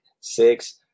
six